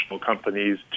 companies